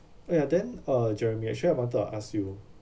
oh ya then uh jeremy actually I wanted to ask you